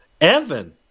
Evan